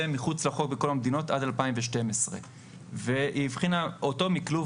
מחוץ לחוק בכל המדינות עד 2012. היא הבחינה אותו מכלוב